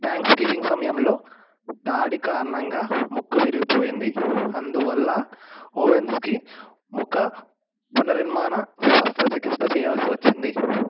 thanks giving సమయంలో దాడి కారణంగా ముక్కు విరిగిపోయింది అందువల్ల ఓవెన్స్కి ముఖ పునర్నిర్మాణ శస్త్రచికిత్స చేయవలసి వచ్చింది